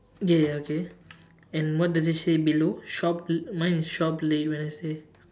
ya ya okay and what does it say below shop l~ mine is shop late wednesday